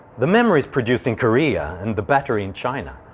the memory is produced in korea, and the battery in china.